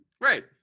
Right